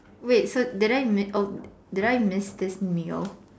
wait so did I miss did I miss this meal